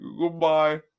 goodbye